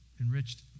Enriched